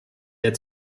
der